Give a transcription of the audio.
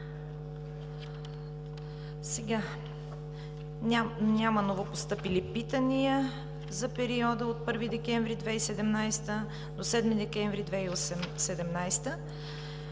Няма новопостъпили питания за периода от 1 декември 2017 г. до 7 декември 2017